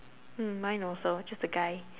mm mine also just the guy